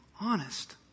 Honest